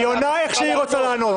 היא עונה איך שהיא רוצה לענות.